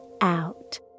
out